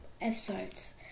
episodes